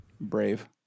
Brave